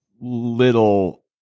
little